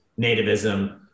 nativism